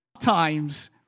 times